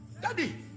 Daddy